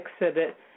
exhibit